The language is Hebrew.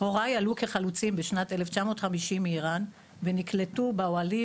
הוריי עלו כחלוצים בשנת 1950 מאירן ונקלטו באוהלים